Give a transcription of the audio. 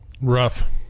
rough